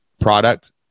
product